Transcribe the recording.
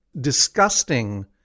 disgusting